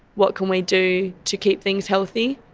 what can we do to keep things healthy.